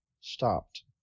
stopped